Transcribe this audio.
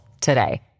today